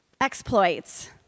Exploits